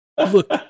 Look